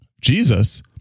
Jesus